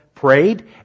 prayed